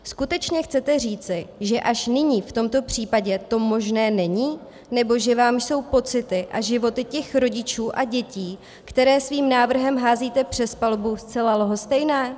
Skutečně chcete říci, že až nyní, v tomto případě, to možné není, nebo že vám jsou pocity a životy těch rodičů a dětí, které svým návrhem házíte přes palubu, zcela lhostejné?